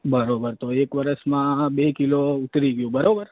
બરાબર તો એક વરસમાં બે કિલો ઉતરી ગયું બરાબર